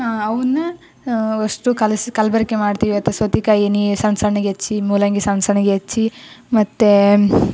ಅವುನ್ನ ಅಷ್ಟು ಕಲ್ಸಿ ಕಲಬೆರ್ಕೆ ಮಾಡ್ತೀವಿ ಸೌತೆಕಾಯಿನ ಸಣ್ಣ ಸಣ್ಣಗೆ ಹೆಚ್ಚಿ ಮೂಲಂಗಿ ಸಣ್ಣ ಸಣ್ಣಗೆ ಹೆಚ್ಚಿ ಮತ್ತೆ